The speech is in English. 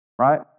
right